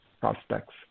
prospects